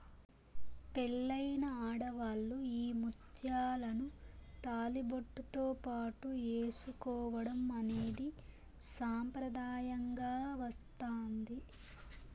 పెళ్ళైన ఆడవాళ్ళు ఈ ముత్యాలను తాళిబొట్టుతో పాటు ఏసుకోవడం అనేది సాంప్రదాయంగా వస్తాంది